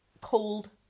cold